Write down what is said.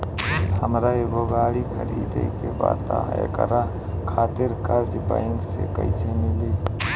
हमरा एगो गाड़ी खरीदे के बा त एकरा खातिर कर्जा बैंक से कईसे मिली?